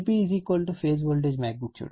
Vp phase voltage magnitude